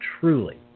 truly